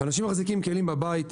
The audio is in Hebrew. אנשים מחזיקים כלים בבית.